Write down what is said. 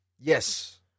Yes